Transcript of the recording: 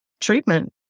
treatment